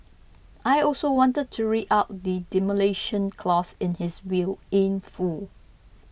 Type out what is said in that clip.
I also wanted to read out the Demolition Clause in his will in full